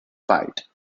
fight